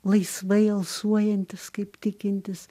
laisvai alsuojantis kaip tikintis